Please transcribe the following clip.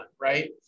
Right